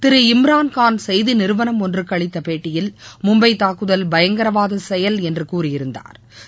திரு இம்ராள் கான் செய்தி நிறுவனம் ஒன்றுக்கு அளித்த பேட்டியில் மும்பை தாக்குதல் பயங்கரவாத செயல் என்று கூறியிருந்தாா்